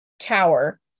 tower